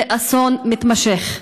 זה אסון מתמשך.